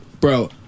bro